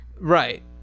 Right